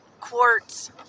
quartz